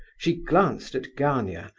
she glanced at gania,